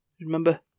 Remember